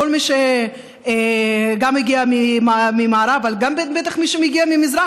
כל מי שהגיע מהמערב אבל גם בטח גם מי שהגיע מהמזרח,